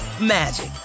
magic